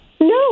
No